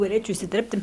norėčiau įsiterpti